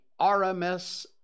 RMS